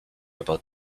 about